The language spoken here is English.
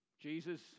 Jesus